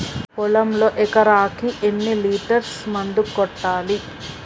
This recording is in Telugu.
పొలంలో ఎకరాకి ఎన్ని లీటర్స్ మందు కొట్టాలి?